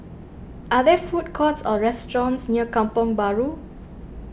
are there food courts or restaurants near Kampong Bahru